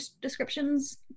descriptions